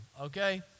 okay